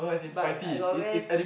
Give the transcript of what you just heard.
but I got rest